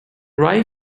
rye